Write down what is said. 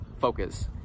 focus